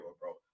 bro